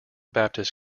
baptist